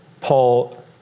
Paul